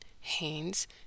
Haynes